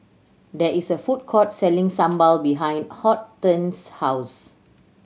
there is a food court selling sambal behind Hortense's house